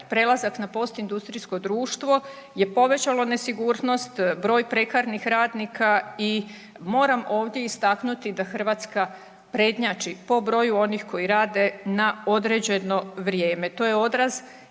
prelazak na postindustrijsko društvo je povećalo nesigurnost, broj prekarnih radnika i moram ovdje istaknuti da Hrvatska prednjači po broju onih koji rade na određeno vrijeme. To je odraz